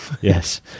Yes